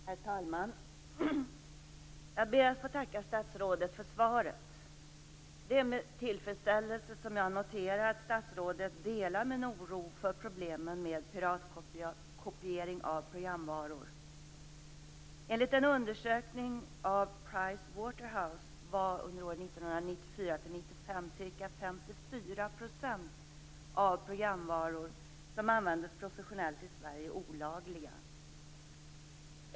Herr talman! Jag ber att få tacka statsrådet för svaret. Det är med tillfredsställelse som jag noterar att statsrådet delar min oro för problemen med piratkopiering av programvaror. Enligt en undersökning av av programvaror som användes professionellt i Sverige olagliga.